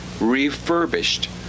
refurbished